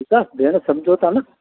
ठीकु आहे भेण समुझो था न